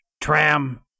Tram